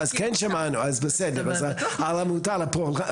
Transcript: שבו סיפרתי על הרקע שלי.